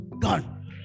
gone